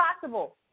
possible